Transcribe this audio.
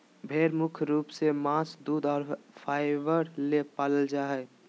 भेड़ मुख्य रूप से मांस दूध और फाइबर ले पालल जा हइ